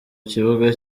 kibuga